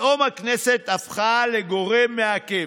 פתאום הכנסת הפכה לגורם מעכב.